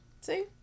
See